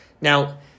Now